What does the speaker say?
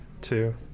two